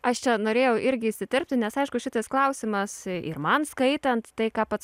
aš čia norėjau irgi įsiterpti nes aišku šitas klausimas ir man skaitant tai ką pats